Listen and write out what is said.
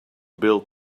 build